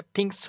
Pink